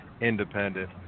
Independent